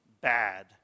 bad